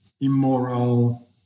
immoral